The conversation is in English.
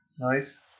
Nice